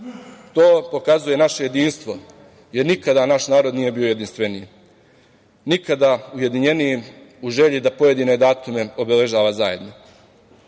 To pokazuje naše jedinstvo, jer nikada naš narod nije bio jedinstveniji. Nikada ujedinjeniji u želji da pojedine datume obeležava zajedno.